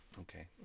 Okay